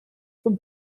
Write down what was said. von